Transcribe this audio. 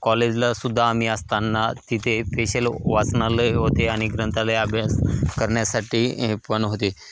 कॉलेजलासुद्धा आम्ही असतना तिथे पेशल वाचनालय होते आणि ग्रंथालय अभ्यास करण्यासाठी पण होते